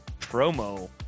promo